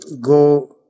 go